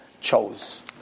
chose